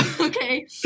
okay